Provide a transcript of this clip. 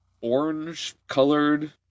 orange-colored